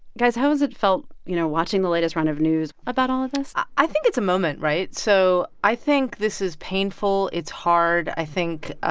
guys, how has it felt, you know, watching the latest round of news about all of this? i think it's a moment, right? so i think this is painful. it's hard. i think